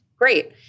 great